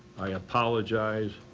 i apologize,